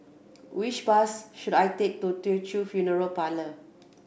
which bus should I take to Teochew Funeral Parlour